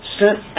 sent